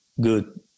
good